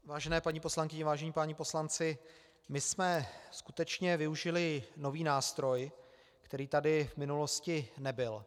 Vážené paní poslankyně, vážení páni poslanci, my jsme skutečně využili nový nástroj, který tady v minulosti nebyl.